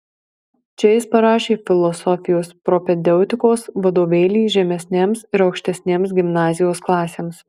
čia jis parašė filosofijos propedeutikos vadovėlį žemesnėms ir aukštesnėms gimnazijos klasėms